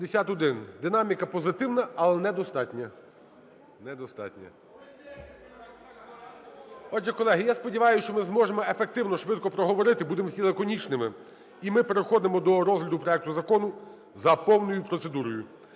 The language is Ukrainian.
Динаміка позитивна, але недостатня. Недостатня. Отже, колеги, я сподіваюся, що ми зможемо ефективно, швидко проговорити, будемо всі лаконічними. І ми переходимо до розгляду проекту Закону за повною процедурою.